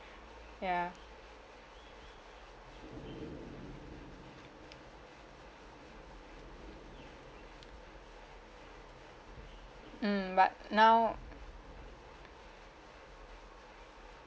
ya mm but now